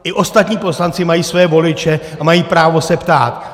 I ostatní poslanci mají své voliče a mají právo se ptát!